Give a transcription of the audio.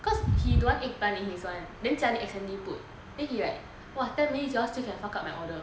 cause he don't want egg plant in his [one] then jia li accidentally put then he like !wah! ten minutes you all still can fuck up my order